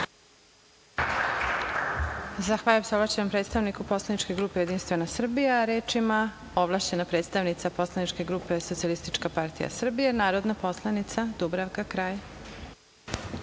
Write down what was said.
Zahvaljujem se ovlašćenom predstavniku poslaničke grupe Jedinstvene Srbije. Reč ima ovlašćena predstavnica poslaničke grupe Socijalistička partija Srbije, narodna poslanica Dubravka